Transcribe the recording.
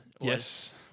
Yes